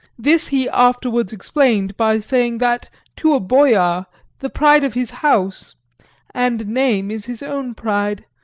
this he afterwards explained by saying that to a boyar the pride of his house and name is his own pride,